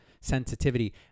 sensitivity